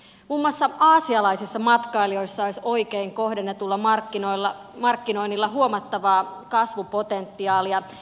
muun muassa aasialaisissa matkailijoissa olisi oikein kohdennetulla markkinoinnilla huomattavaa kasvupotentiaalia